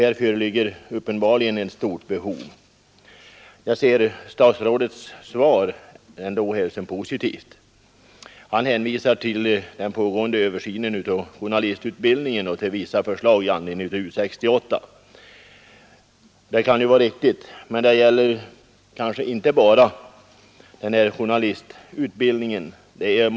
Här föreligger uppenbarligen ett stort behov. Jag ser ändå statsrådets svar som positivt. Han hänvisar till den pågående översynen av journalistutbildningen och till vissa förslag i anledning av U 68. Det kan i och för sig vara riktigt att göra dessa hänvisningar, men det är kanske inte bara journalistutbildningen det gäller.